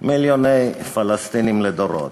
מיליוני פלסטינים לדורות.